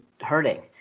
hurting